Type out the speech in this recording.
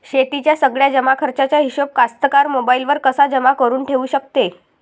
शेतीच्या सगळ्या जमाखर्चाचा हिशोब कास्तकार मोबाईलवर कसा जमा करुन ठेऊ शकते?